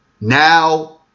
Now